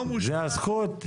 זאת הזכות?